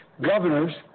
governors